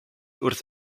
wrth